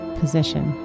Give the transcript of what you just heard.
position